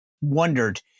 wondered